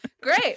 Great